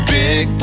big